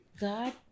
God